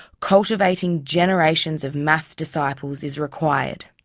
cultivating generations of maths disciples is required.